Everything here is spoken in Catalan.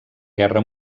guerra